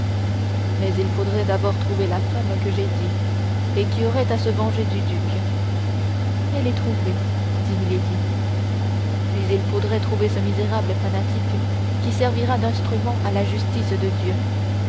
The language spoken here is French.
mais il faudrait d'abord trouver la femme que j'ai dit et qui aurait à se venger du duc elle est trouvée dit milady puis il faudrait trouver ce misérable fanatique qui servira d'instrument à la justice de dieu